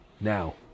Now